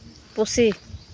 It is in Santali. ᱯᱩᱥᱤ